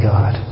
God